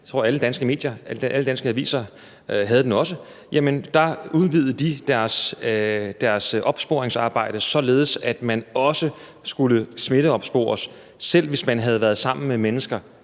som var i alle danske medier, tror jeg; alle danske aviser bragte den også – at de udvidede deres opsporingsarbejde, således at man også skulle smitteopspores, selv hvis man havde været sammen med mennesker,